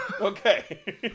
Okay